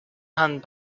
hand